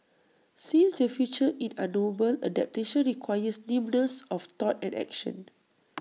since the future in unknowable adaptation requires nimbleness of thought and action